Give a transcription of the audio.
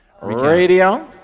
Radio